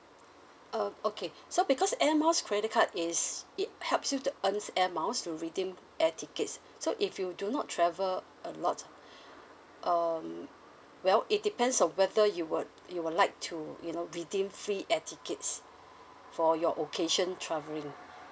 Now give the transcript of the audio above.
uh okay so because air miles credit card is it helps you to earn air miles to redeem air tickets so if you do not travel a lot um well it depends on whether you would you would like to you know redeem free air tickets for your occasion travelling